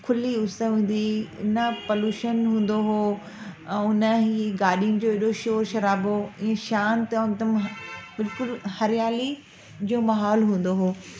खुली उस हूंदी हुई न पलुशन हूंदो हुओ ऐं न ई गाॾिनि जो हेॾो शोर शराबो इअं शांत ऐं हिकदमि बिल्कुलु हरियाली जो माहौल हूंदो हुओ